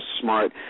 smart